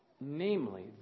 namely